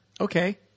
Okay